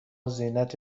زینت